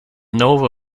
nova